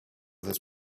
this